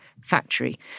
factory